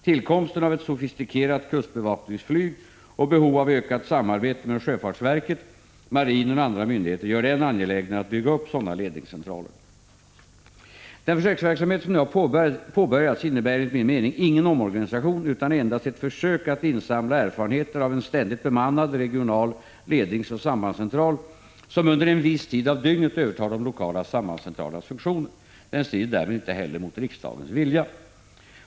Tillkomsten av ett sofistikerat kustbevakningsflyg och behov av ökat samarbete med sjöfartsverket, marinen och andra myndigheter gör det än angelägnare att bygga upp sådana ledningscentraler. Den försöksverksamhet som nu har påbörjats innebär enligt min mening ingen omorganisation, utan är endast ett försök att insamla erfarenheter av en ständigt bemannad, regional ledningsoch sambandscentral som under en viss tid av dygnet övertar de lokala sambandscentralernas funktioner. Den strider därmed inte heller mot riksdagens vilja.